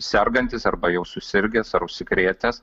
sergantis arba jau susirgęs ar užsikrėtęs